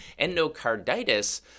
endocarditis